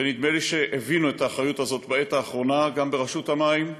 נדמה לי שהבינו את האחריות הזאת בעת האחרונה ברשות המים,